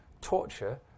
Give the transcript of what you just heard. torture